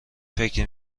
فکری